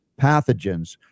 pathogens